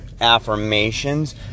affirmations